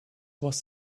was